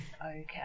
Okay